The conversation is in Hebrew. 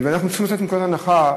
אנחנו צריכים לצאת מנקודת הנחה,